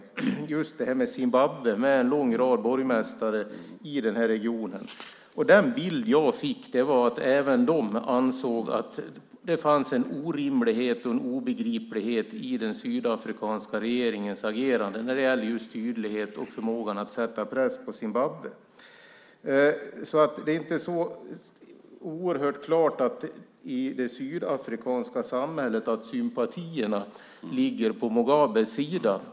Vi diskuterade just Zimbabwe med en lång rad borgmästare i den här regionen. Den bild som jag fick var att även de ansåg att det fanns en orimlighet och obegriplighet i den sydafrikanska regeringens agerande när det gällde just tydlighet och förmåga att sätta press på Zimbabwe. Det är inte så oerhört klart att sympatierna i det sydafrikanska samhället ligger på Mugabes sida.